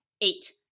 eight